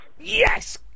Yes